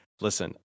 listen